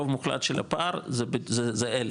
רוב מוחלט של הפער זה אלה,